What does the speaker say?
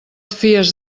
fies